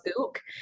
Ook